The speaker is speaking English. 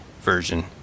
version